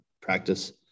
practice